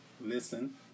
listen